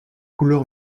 couleur